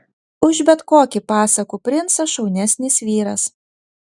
už bet kokį pasakų princą šaunesnis vyras